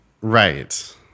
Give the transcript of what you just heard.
Right